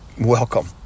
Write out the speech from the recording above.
welcome